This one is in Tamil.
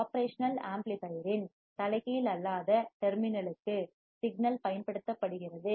ஒப்ரேஷனல் ஆம்ப்ளிபையர் இன் தலைகீழ் அல்லாத நான் இன்வடிங் டெர்மினல் லுக்கு சிக்னல் பயன்படுத்தப்படுகிறது